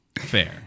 Fair